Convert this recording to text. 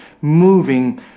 Moving